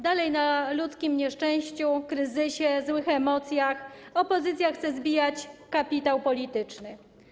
Dalej na ludzkim nieszczęściu, kryzysie, złych emocjach, opozycja chce zbijać kapitał polityczny.